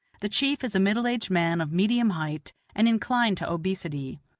the chief is a middle-aged man of medium height and inclined to obesity.